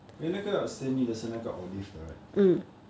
then 那个鹹魚是有那个 olive 的 right